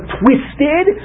twisted